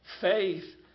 Faith